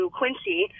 Quincy